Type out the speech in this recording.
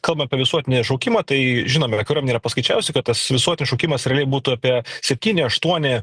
kalbant apie visuotinį šaukimą tai žinoma kariuomenė yra paskaičiavusi kad tas visuotinis šaukimas realiai būtų apie septyni aštuoni